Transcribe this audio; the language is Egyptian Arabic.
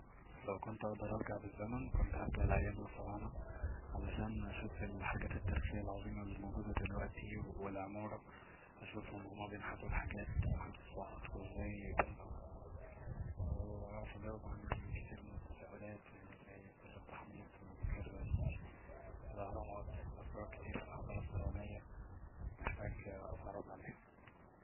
لو كنت هقدر ارجع بالزمن كنت هرجع لأيام الفراعنة علشان اشوف الحاجات التاريخية العظيمة اللي موجودة دلوقتي والعمارة هشوفهم وهما بينحتو الحاجات بينحتو الصخر وازاي بنو الاهرامات واعرف اجاوب على كتير من التساؤلات يعني زي سر التحنيط وسر الاهرامات واسرار كتير في الحضارة الفرعونية محتاج اتعرف عليها